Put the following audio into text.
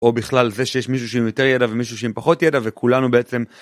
או בכלל זה שיש מישהו שעם יותר ידע ומישהו שעם פחות ידע וכולנו בעצם.